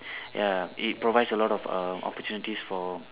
ya it provides a lot of err opportunities for